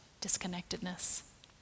disconnectedness